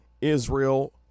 israel